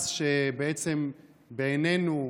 בעינינו,